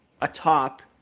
atop